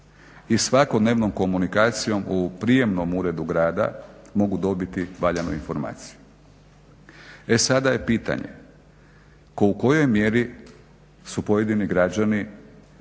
i svakodnevnom komunikacijom u prijemnom uredu grada mogu dobiti valjanu informaciju. E sada je pitanje u kojoj mjeri su pojedini građani, žele